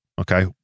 okay